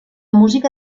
música